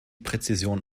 präzision